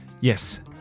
Yes